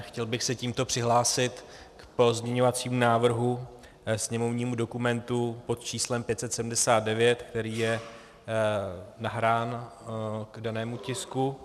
Chtěl bych se tímto přihlásit k pozměňovacímu návrhu, sněmovnímu dokumentu pod číslem 579, který je nahrán k danému tisku.